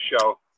show